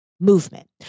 movement